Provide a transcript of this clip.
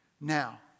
Now